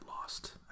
lost